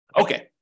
Okay